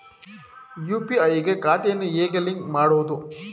UPI ಗೆ ಖಾತೆಯನ್ನು ಹೇಗೆ ಲಿಂಕ್ ಮಾಡುವುದು?